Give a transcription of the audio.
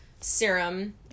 serum